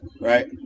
Right